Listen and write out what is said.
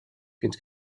fins